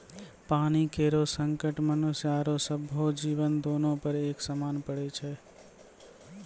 पानी केरो संकट मनुष्य आरो सभ्भे जीवो, दोनों पर एक समान पड़ै छै?